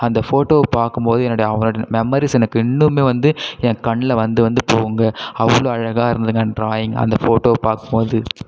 அந்த ஃபோட்டோவை பார்க்கும்போது என்னோடைய அவனோட மெமரிஸ் எனக்கு இன்னமுமே வந்து ஏன் கண்ணில் வந்து வந்து போகுங்க அவ்வளோ அழகா இருந்ததுங்க டிராயிங் அந்த ஃபோட்டோவை பார்க்கும்போது